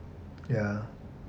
yeah